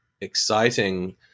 exciting